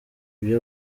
ibyo